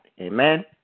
Amen